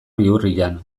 bihurrian